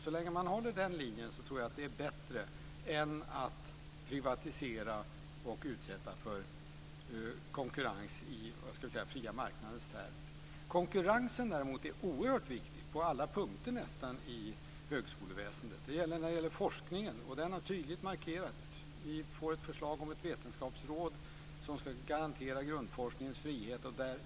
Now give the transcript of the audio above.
Så länge den linjen hålls är det bättre än att privatisera och utsätta för konkurrens i den fria marknadens termer. Konkurrensen är oerhört viktig på alla punkter i högskoleväsendet. Den gäller forskningen, och det har tydligt markerats. Vi får ett förslag om ett vetenskapsråd som ska garantera grundforskningens frihet.